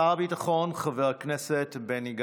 שר הביטחון חבר הכנסת בני גנץ,